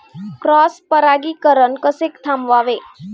Cross परागीकरण कसे थांबवावे?